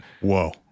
Whoa